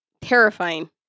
Terrifying